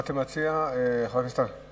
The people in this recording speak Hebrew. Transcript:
אתה מציע, חבר הכנסת אלדד?